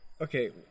Okay